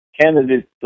candidates